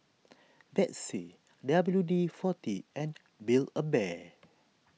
Betsy W D forty and Build A Bear